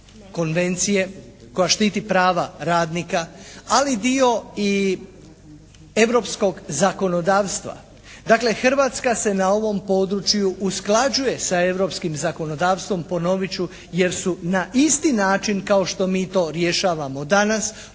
konvencije koja štiti prava radnika, ali dio i europskog zakonodavstva. Dakle Hrvatska se na ovom području usklađuje sa europskim zakonodavstvom ponovit ću, jer su na isti način kao što mi to rješavamo danas,